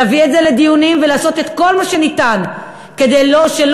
להביא את זה לדיונים ולעשות את כל מה שניתן כדי שלא